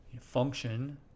function